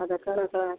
हँ तऽ केना कऽ